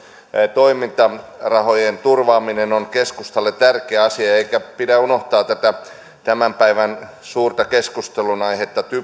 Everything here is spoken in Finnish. toimintarahojen turvaaminen on keskustalle tärkeä asia eikä pidä unohtaa tämän päivän suurta keskustelunaihetta